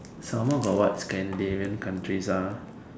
some more got what Scandinavian ah